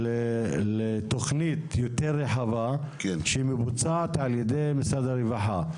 לתוכנית יותר רחבה שהיא מבוצעת על ידי משרד הרווחה.